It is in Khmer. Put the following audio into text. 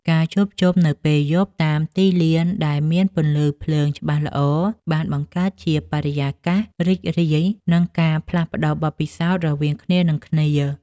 ការជួបជុំគ្នានៅពេលយប់តាមទីលានដែលមានពន្លឺភ្លើងច្បាស់ល្អ បានបង្កើតជាបរិយាកាសរីករាយ និងការផ្លាស់ប្តូរបទពិសោធន៍រវាងគ្នានិងគ្នា។